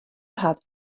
hat